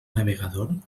navegador